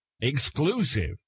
exclusive